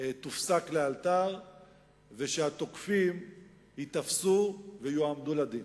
תופסק לאלתר והתוקפים ייתפסו ויועמדו לדין.